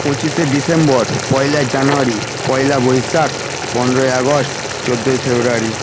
পঁচিশে ডিসেম্বর পয়লা জানুয়ারি পয়লা বৈশাখ পনেরোই আগস্ট চোদ্দোই ফেব্রুয়ারি